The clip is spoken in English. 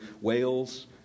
Wales